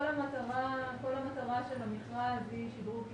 כל המטרה של המכרז היא שדרוג תשתיות.